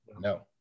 no